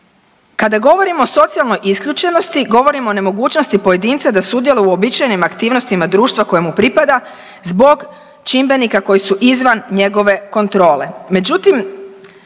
Kada govorimo o socijalnoj isključenosti govorim o nemogućnosti pojedinca da sudjeluje u uobičajenim aktivnostima društva koje mu pripada zbog čimbenika koji su izvan njegove kontrole.